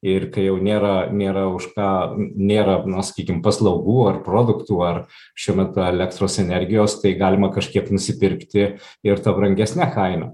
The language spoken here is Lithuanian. ir kai jau nėra nėra už ką nėra na sakykim paslaugų ar produktų ar šiuo metu elektros energijos tai galima kažkiek nusipirkti ir ta brangesne kaina